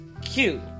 cute